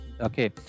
okay